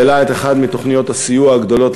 כללה את אחת מתוכנית הסיוע הגדולות